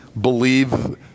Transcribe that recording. believe